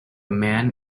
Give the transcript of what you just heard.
man